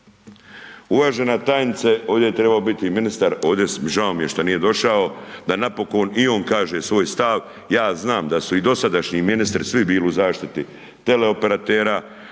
Uvažena tajnice, ovdje je trebao biti i ministar, ovdje, žao mi je šta nije došao da napokon i on kaže svoj stav, ja znam da su i dosadašnji ministri svi bili u zaštiti teleoperatera,